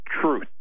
truth